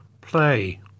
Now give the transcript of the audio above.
play